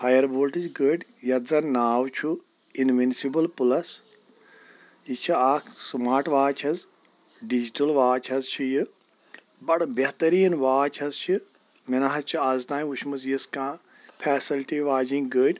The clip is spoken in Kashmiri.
فایَر بولٹٕچ گٕر یَتھ زَن ناو چھُ اِنوِنسِبٕل پٕلَس یہِ چھِ اَکھ سُماٹ واچ حظ ڈِجٹٕل واچ حظ چھِ یہِ بَڈٕ بٮ۪ہتٕریٖن واچ حظ چھِ مےٚ نہ حظ چھِ اَز تام وٕچھمٕژ یِژھ کانٛہہ فیٚسَلٹی واجینۍ گر